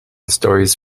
stories